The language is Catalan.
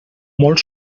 molt